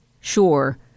sure